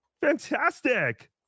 Fantastic